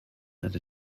and